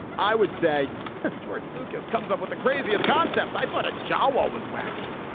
i would say george lucas comes up with the craziest concepts. i thought a job war was wacky,